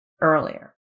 earlier